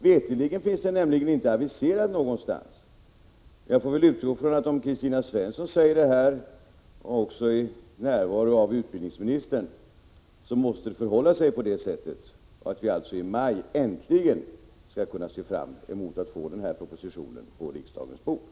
Veterligen finns den nämligen inte aviserad någonstans, men om Kristina Svensson säger det här, i närvaro av utbildningsministern, utgår jag från att det måste förhålla sig så att denna proposition i maj äntligen kommer att läggas på riksdagens bord.